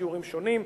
בשיעורים שונים,